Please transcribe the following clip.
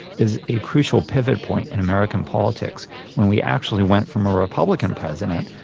is a crucial pivot point in american politics when we actually went from a republican president,